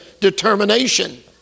determination